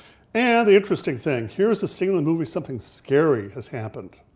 and the interesting thing, here is a scene in the movie, something scary has happened.